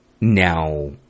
Now